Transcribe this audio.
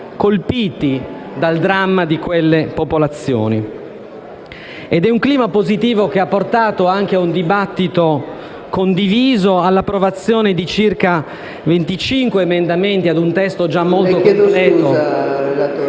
colpiti dal dramma di quelle popolazioni. È un clima positivo che ha portato a un dibattito condiviso e all'approvazione di circa 25 emendamenti a un testo già molto completo.